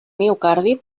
miocardi